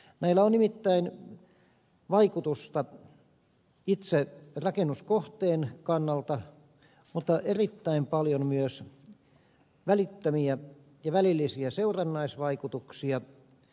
näillä on nimittäin vaikutusta itse rakennuskohteen kannalta mutta erittäin paljon myös välittömiä ja välillisiä seurannaisvaikutuksia